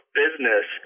business